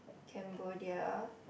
Cambodia